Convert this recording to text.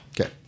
Okay